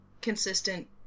consistent